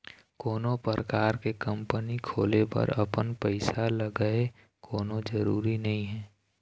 कोनो परकार के कंपनी खोले बर अपन पइसा लगय कोनो जरुरी नइ हे